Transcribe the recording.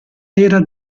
era